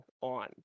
on